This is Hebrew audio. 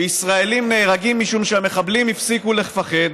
שישראלים נהרגים משום שהמחבלים הפסיקו לפחד,